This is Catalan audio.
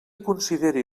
consideri